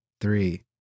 three